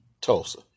Tulsa